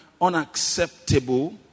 unacceptable